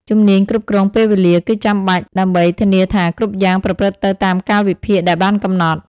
ជំនាញគ្រប់គ្រងពេលវេលា គឺចាំបាច់ដើម្បីធានាថាគ្រប់យ៉ាងប្រព្រឹត្តទៅតាមកាលវិភាគដែលបានកំណត់។